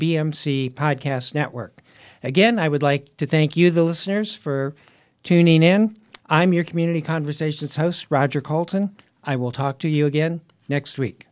b m c podcast network again i would like to thank you the listeners for tuning in i'm your community conversations host roger colton i will talk to you again next week